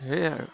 সেয়াই আৰু